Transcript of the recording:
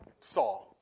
saw